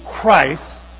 Christ